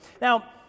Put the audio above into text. Now